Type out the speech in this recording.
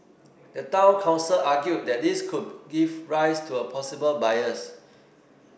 the Town Council argued that this could give rise to a possible bias